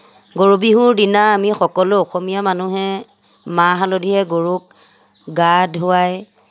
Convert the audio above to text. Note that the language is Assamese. গৰু বিহুৰ দিনা আমি সকলো অসমীয়া মানুহে মাহ হালধিৰে গৰুক গা ধুৱাই